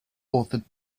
authored